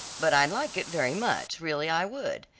but i'd like it very much, really i would,